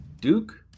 Duke